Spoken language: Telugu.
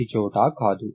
ప్రతిచోటా కాదు